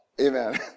Amen